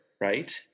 right